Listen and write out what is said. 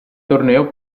torneo